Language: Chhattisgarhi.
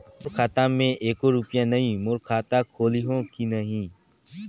मोर खाता मे एको रुपिया नइ, मोर खाता खोलिहो की नहीं?